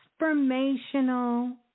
Transformational